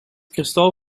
kristal